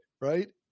right